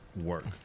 work